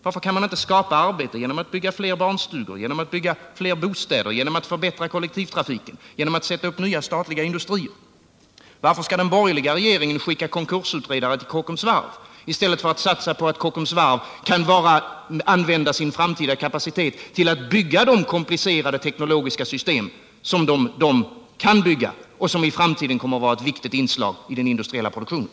Varför kan man inte skapa arbete genom att bygga fler barnstugor och bostäder, genom att förbättra kollektivtrafiken och sätta upp nya statliga industrier? Varför skall den borgerliga regeringen skicka konkursutredare till Kockums varv i stället för att låta företaget satsa sin kapacitet på att bygga de komplicerade teknologiska system som de kan bygga och som i framtiden kommer att utgöra ett viktigt inslag i den industriella produktionen?